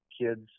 kids